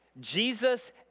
Jesus